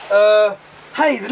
Hey